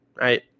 right